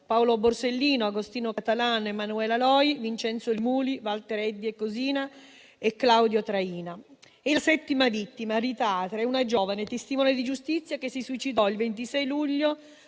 Paolo Borsellino, Agostino Catalano, Emanuela Loi, Vincenzo Li Muli, Walter Eddie Cosina, Claudio Traina e la settima vittima, Rita Atria, una giovane testimone di giustizia, che si suicidò il 26 luglio